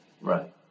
Right